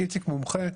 איציק מומחה,